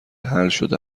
حلشده